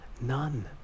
None